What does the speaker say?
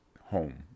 home